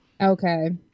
okay